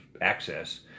access